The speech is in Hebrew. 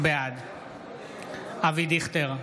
בעד אבי דיכטר,